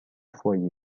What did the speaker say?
foyer